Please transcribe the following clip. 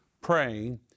praying